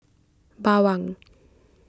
Bawang